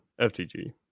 FTG